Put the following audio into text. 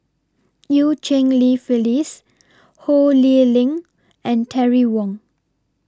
EU Cheng Li Phyllis Ho Lee Ling and Terry Wong